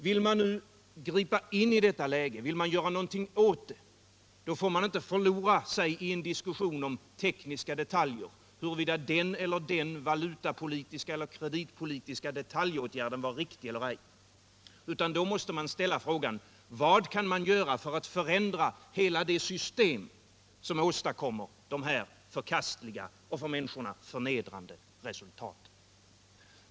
Vill man nu gripa in i detta läge, vill man göra något åt det, får man inte förlora sig i en diskussion om tekniska detaljer, huruvida den eller den valutapolitiska eller kreditpolitiska detaljåtgärden var riktig eller ej, utan man måste ställa frågan: Vad kan man göra för att förändra hela det system som åstadkommer dessa förkastliga och för människorna förnedrande resultat?